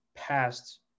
past